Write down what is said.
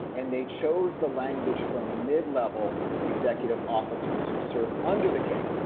and they chose the language from mid-level executive officers who serve under the king.